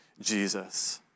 Jesus